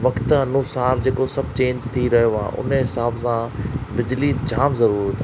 वक़्तु अनुसार जेको सभु चेंज थी रहियो आहे उन हिसाब सां बिजली जाम ज़रूरत आहे